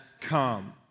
come